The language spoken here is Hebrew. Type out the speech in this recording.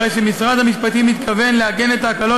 הרי שמשרד המשפטים מתכוון לעגן את ההקלות